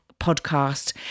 podcast